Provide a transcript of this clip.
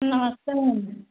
नमस्ते मैम